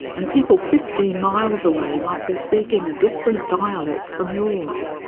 and people fifteen miles away might be speaking a different dialect from yours.